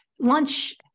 lunch